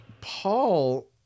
Paul